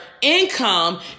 income